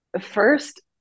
first